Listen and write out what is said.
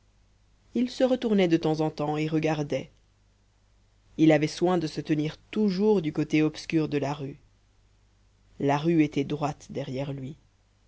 il se retournait de temps en temps et regardait il avait soin de se tenir toujours du côté obscur de la rue la rue était droite derrière lui